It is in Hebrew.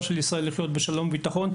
של מדינת ישראל לחיות בשלום ובביטחון.